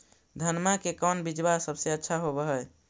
धनमा के कौन बिजबा सबसे अच्छा होव है?